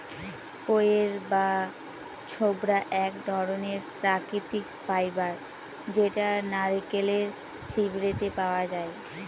কইর বা ছবড়া এক ধরনের প্রাকৃতিক ফাইবার যেটা নারকেলের ছিবড়েতে পাওয়া যায়